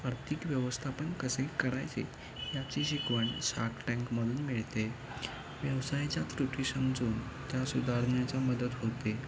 आर्थिक व्यवस्थापन कसे करायचे याची शिकवण शार्क टँकमधून मिळते व्यवसायाच्या त्रुटी समजून त्या सुधारण्याचा मदत होते